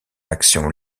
action